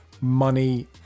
money